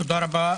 תודה רבה.